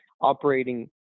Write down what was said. operating